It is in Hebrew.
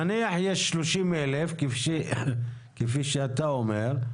נניח שיש 30,000 כפי שאתה אומר,